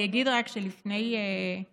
אני אגיד רק שלפני שבועיים,